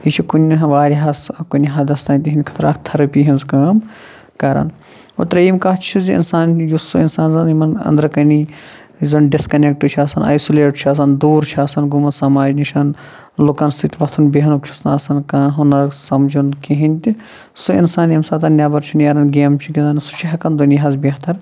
یہِ چھُ کُنہِ واریاہس کُنہِ حَدس تٲنۍ تِہنٛدِ خٲطرٕ اکھ تھیٚرپی ہِنٛز کٲم کران اور ترٛیِم کَتھ چھِ زِ اِنسان یُس سُہ اِنسان زَن یِمن أنٛدرٕ کَٔنی زَن ڈِسکَنیکٹہٕ چھُ آسان ایسولیٹ چھُ آسان دوٗر چھُ آسان گوٚمت سَماج نِش لوٗکن سۭتۍ وَتھُن بیٚہنُک چھُس نہٕ آسان کانٛہہ ہُنر سَمجُن کہیٖنۍ تہِ سُہ اِنسان ییٚمہِ ساتہٕ نٮ۪بر چھُ نیران گیمہٕ چھُ گِنٛدان سُہ چھُ ہیٚکان دُنیاہس بہتر